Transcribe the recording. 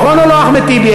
נכון או לא, אחמד טיבי?